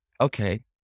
Okay